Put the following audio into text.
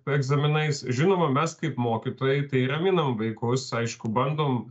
egzaminais žinoma mes kaip mokytojai tai raminam vaikus aišku bandom